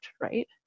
right